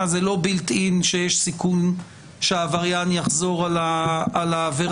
זה לא built in שיש סיכון שהעבריין יחזור על העבירה?